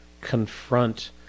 confront